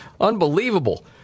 Unbelievable